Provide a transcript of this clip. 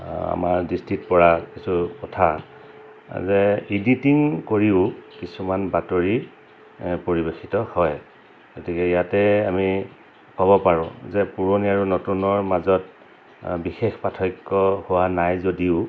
আমাৰ দৃষ্টিত পৰা কিছু কথা যে এডিটিং কৰিও কিছুমান বাতৰি পৰিৱেশিত হয় গতিকে ইয়াতে আমি ক'ব পাৰোঁ যে পুৰণি আৰু নতুনৰ মাজত বিশেষ পাৰ্থক্য হোৱা নাই যদিও